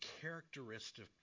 characteristic